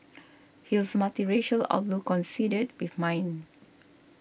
his multiracial outlook conceded with mine